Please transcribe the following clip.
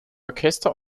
orchester